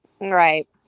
Right